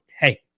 hey